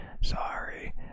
Sorry